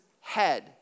head